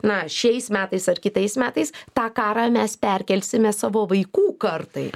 na šiais metais ar kitais metais tą karą mes perkelsime savo vaikų kartai